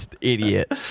idiot